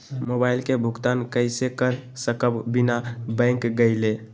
Mobile के भुगतान कईसे कर सकब बिना बैंक गईले?